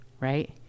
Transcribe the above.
right